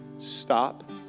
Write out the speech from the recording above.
Stop